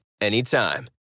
anytime